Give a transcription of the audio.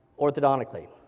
orthodontically